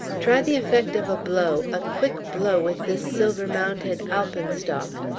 try the effect of a blow, a quick blow with this silver-mounted alpenstock.